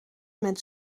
met